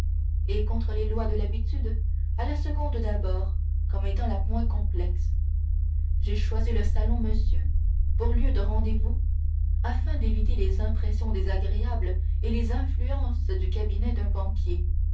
et contre les lois de l'habitude à la seconde d'abord comme étant la moins complexe j'ai choisi le salon monsieur pour lieu de rendez-vous afin d'éviter les impressions désagréables et les influences du cabinet d'un banquier